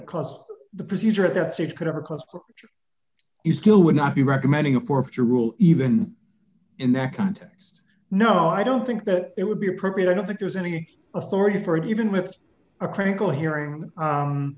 cause the procedure at that stage could ever cause you still would not be recommending a for your rule even in that context no i don't think that it would be appropriate i don't think there's any authority for it even with a critical hearing